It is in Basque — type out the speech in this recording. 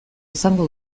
izango